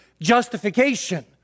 justification